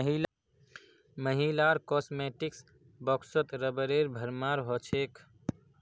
महिलार कॉस्मेटिक्स बॉक्सत रबरेर भरमार हो छेक